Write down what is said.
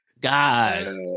guys